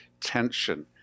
tension